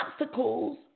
obstacles